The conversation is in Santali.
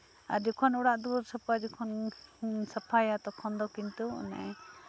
ᱟᱨ ᱡᱚᱠᱷᱚᱱ ᱚᱲᱟᱜ ᱡᱚᱠᱷᱚᱱ ᱥᱟᱯᱷᱟ ᱡᱚᱠᱷᱚᱱ ᱥᱟᱯᱷᱟᱭᱟ ᱛᱚᱠᱷᱚᱱ ᱫᱚ ᱠᱤᱱᱛᱩ